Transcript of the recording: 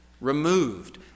removed